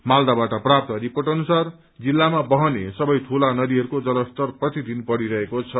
मालदावाट प्राप्त रिपोट अनुसार जिल्लामा बहने सबै ठूला नदीहरूको जलस्तर प्रतिदिन बढ़िरहेको छ